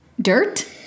Dirt